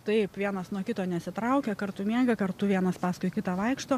taip vienas nuo kito nesitraukia kartu miega kartu vienas paskui kitą vaikšto